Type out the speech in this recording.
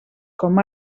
com